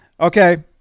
Okay